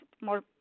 more